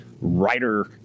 writer